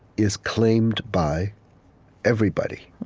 is claimed by everybody.